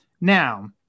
Now